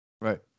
Right